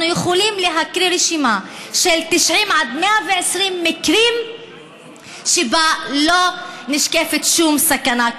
אנחנו יכולים להקריא רשימה של 90 120 מקרים שבהם לא נשקפת שום סכנה,